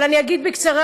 אני אגיד בקצרה,